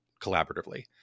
collaboratively